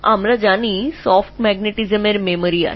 আমরা জানি নরম চৌম্বকীয়তার একটি স্মৃতি রয়েছে